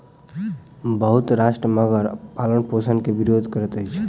बहुत राष्ट्र मगरक पालनपोषण के विरोध करैत अछि